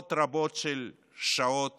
מאות רבות של שעות